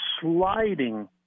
sliding